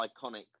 iconic